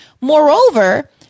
Moreover